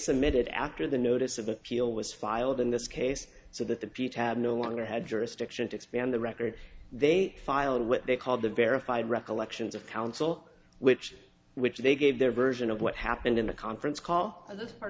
submitted after the notice of appeal was filed in this case so that the peach had no longer had jurisdiction to expand the record they filed what they called the verified recollections of counsel which which they gave their version of what happened in the conference call this part